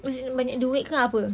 was it banyak duit ke apa